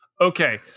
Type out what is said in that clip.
Okay